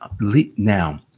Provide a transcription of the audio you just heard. now